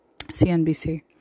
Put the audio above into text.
CNBC